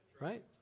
Right